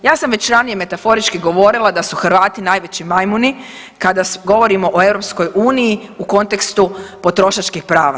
Ja sam već ranije metaforički govorila da su Hrvati najveći majmuni kada govorimo o EU u kontekstu potrošačkih prava.